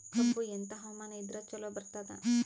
ಕಬ್ಬು ಎಂಥಾ ಹವಾಮಾನ ಇದರ ಚಲೋ ಬರತ್ತಾದ?